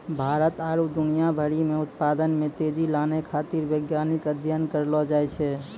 भारत आरु दुनिया भरि मे उत्पादन मे तेजी लानै खातीर वैज्ञानिक अध्ययन करलो जाय छै